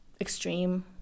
extreme